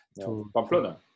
Pamplona